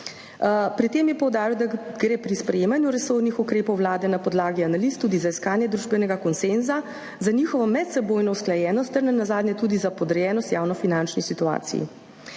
Pri tem je poudaril, da gre pri sprejemanju resornih ukrepov Vlade na podlagi analiz tudi za iskanje družbenega konsenza, za njihovo medsebojno usklajenost ter nenazadnje tudi za podrejenost javnofinančni situaciji.